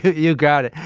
you got it.